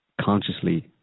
consciously